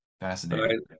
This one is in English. fascinating